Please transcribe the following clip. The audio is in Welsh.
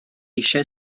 eisiau